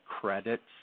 credits